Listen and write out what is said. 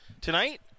Tonight